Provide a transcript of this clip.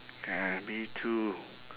ya me too